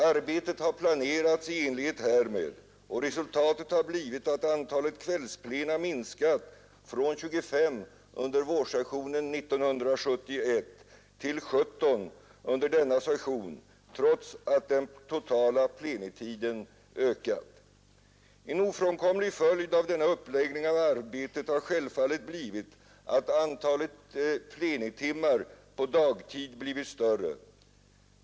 Arbetet har planerats i enlighet härmed och resultatet har blivit att antalet kvällsplena minskat från 25 under vårsessionen 1971 till 17 under denna session trots att den totala plenitiden ökat. En ofrånkomlig följd av denna uppläggning av arbetet har självfallet blivit att antalet plenitimmar på dagtid blivit större.